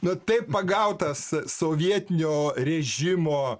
na taip pagautas sovietinio režimo